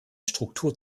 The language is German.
struktur